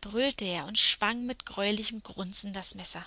brüllte er und schwang mit greulichem grunzen das messer